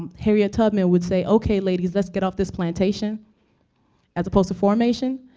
um harriet tubman would say, okay, ladies. let's get off this plantation as opposed to formation.